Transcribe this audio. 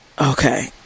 okay